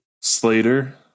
Slater